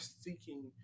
seeking